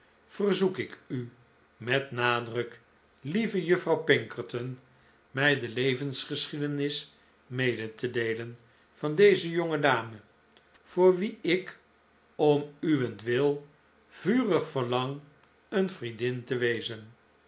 verzoek ik u met nadruk lieve juffrouw pinkerton mij de levensgeschiedenis mede te deelen van deze jonge dame voor wie ik om uwentwil vurig verlang een vriendin te wezen